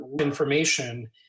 information